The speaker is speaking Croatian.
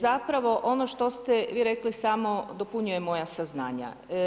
Zapravo ono što ste vi rekli samo dopunjuje moja saznanja.